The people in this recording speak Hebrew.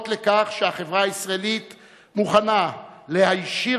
אות לכך שהחברה הישראלית מוכנה להישיר